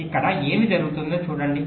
ఇక్కడ ఏమి జరుగుతుందో చూడండి